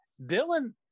Dylan